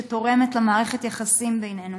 שתורמת למערכת היחסים בינינו.